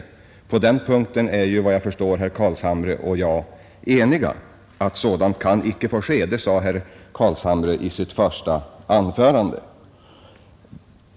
Såvitt jag förstår är herr Carlshamre och jag eniga om att sådant inte kan få ske. Det sade herr Carlshamre i sitt första anförande.